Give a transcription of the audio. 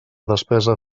despesa